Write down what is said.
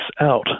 out